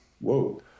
whoa